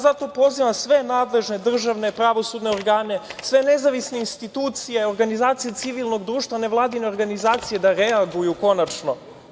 Zato pozivam sve nadležne državne, pravosudne organe, sve nezavisne institucije, organizacije civilnog društva, nevladine organizacije, da reaguju konačno.